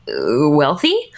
wealthy